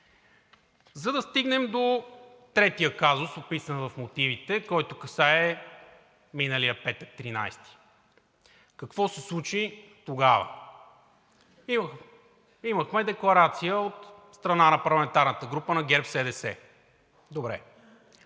За да стигнем до третия казус, описан в мотивите, който касае миналия петък, 13-и. Какво се случи тогава? Имахме декларация от страна на парламентарната група на ГЕРБ-СДС. Добре.